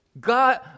God